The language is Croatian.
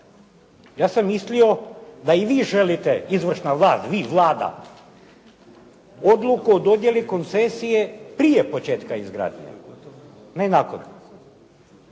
ja sam mislio da vi želite, izvršna vlast, vi Vlada odluku o dodjeli koncesije prije početka izgradnje, ne nakon,